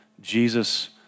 Jesus